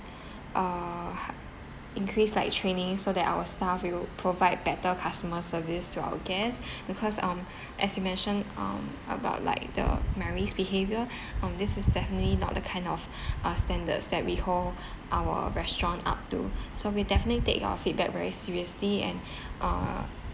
uh increase like training so that our staff will provide better customer service to our guests because um as you mentioned um about like the mary's behaviour um this is definitely not the kind of uh standards that we hold our restaurant up to so we'll definitely take your feedback very seriously and uh